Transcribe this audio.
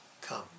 come